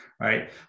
Right